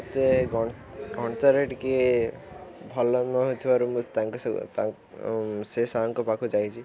ମୋତେ ଗଣିତରେ ଟିକେ ଭଲ ନ ହେଉଥିବାରୁ ମୁଁ ତାଙ୍କ ସେ ସାର୍ଙ୍କ ପାଖକୁ ଯାଇଛି